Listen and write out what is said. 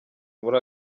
muri